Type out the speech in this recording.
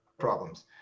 Problems